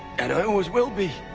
and i always will be.